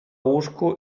łóżku